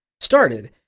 started